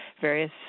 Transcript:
various